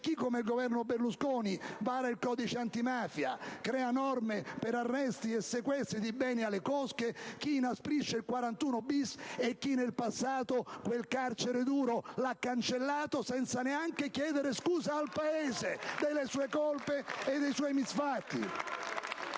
chi, come il Governo Berlusconi, vara il codice antimafia, crea norme per arresti e sequestri di beni alle cosche, chi inasprisce il 41-*bis,* e chi nel passato quel carcere duro l'ha cancellato senza neanche chiedere scusa al Paese delle sue colpe e dei suoi misfatti.